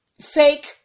fake